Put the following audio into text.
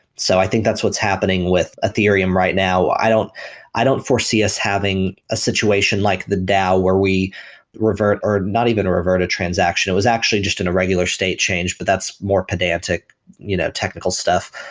so i think that's what's happening with ethereum right now. i don't i don't foresee us having a situation like the dao where we revert, or not even revert a transaction. it was actually just in a regular state change, but that's more pedantic you know technical stuff.